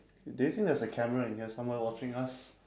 do you think there is a camera in here someone watching us